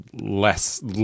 less